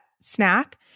snack